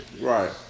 Right